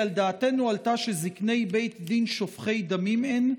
על דעתנו עלתה שזקני בית דין שופכי דמים הם?